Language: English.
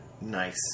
nice